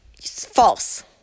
False